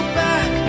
back